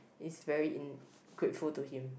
is very in grateful to him